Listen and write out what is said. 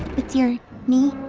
with your knee?